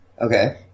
Okay